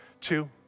two